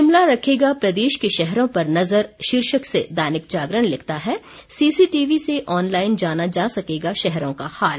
शिमला रखेगा प्रदेश के शहरों पर नजर शीर्षक से दैनिक जागरण लिखता है सीसीटीवी से ऑनलाईन जाना जा सकेगा शहरों का हाल